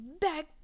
back